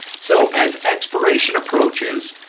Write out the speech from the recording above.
so as expiration approaches,